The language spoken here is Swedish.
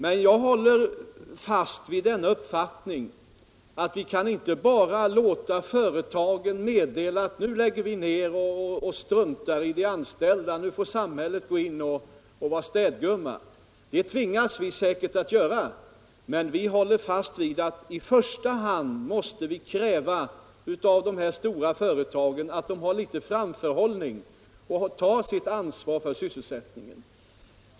Men jag håller fast vid den uppfattningen att vi inte bara kan låta företagen meddela att ”nu lägger vi ned och struntar i de anställda. Nu får samhället gå in och vara städgumma.” Det tvingas vi säkert att göra, men vi håller fast vid att vi i första hand måste kräva av de stora företagen att de har litet framförhållning och tar sitt ansvar för sysselsättningen.